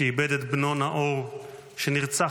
שאיבד את בנו נאור, שנרצח